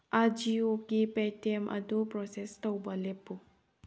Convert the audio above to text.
ꯑꯖꯤꯑꯣꯒꯤ pattern ꯑꯗꯨ process ꯇꯧꯕ ꯂꯦꯞꯄꯨ